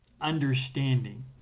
understanding